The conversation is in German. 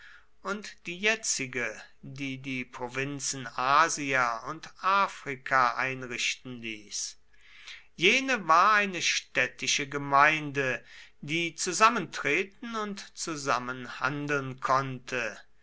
und die jetzige die die provinzen asia und africa einrichten ließ jene war eine städtische gemeinde die zusammentreten und zusammen handeln konnte